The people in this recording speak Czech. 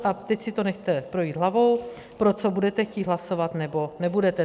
A teď si nechte projít hlavou, pro co budete chtít hlasovat, nebo nebudete.